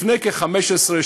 לפני 15,